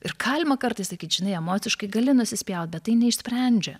ir galima kartais sakyt žinai emociškai gali nusispjaut bet tai neišsprendžia